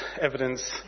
evidence